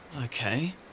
Okay